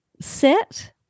sit